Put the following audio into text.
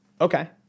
Okay